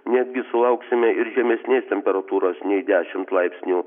netgi sulauksime ir žemesnės temperatūros nei dešimt laipsnių